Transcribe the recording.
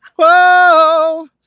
Whoa